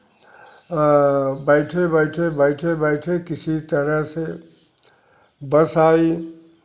बैठे बैठे बैठे बैठे किसी तरह से बस आई